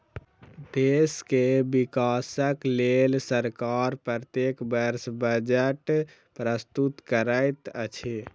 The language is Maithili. देश के विकासक लेल सरकार प्रत्येक वर्ष बजट प्रस्तुत करैत अछि